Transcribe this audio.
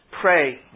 pray